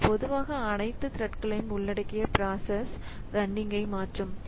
இது பொதுவாக அனைத்து த்ரெட்களையும் உள்ளடக்கிய பிராசஸ் ரன்னிங்கை மாற்றும்